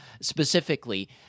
specifically